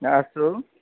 अस्तु